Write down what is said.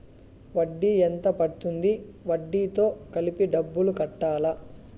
వడ్డీ ఎంత పడ్తుంది? వడ్డీ తో కలిపి డబ్బులు కట్టాలా?